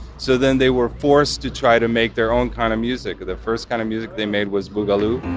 so then they were forced to try to make their own kind of music that first kind of music they made was boogaloo.